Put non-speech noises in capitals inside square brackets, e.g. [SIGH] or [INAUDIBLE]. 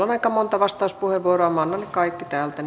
[UNINTELLIGIBLE] on aika monta vastauspuheenvuoroa minä myönnän ne kaikki täältä [UNINTELLIGIBLE]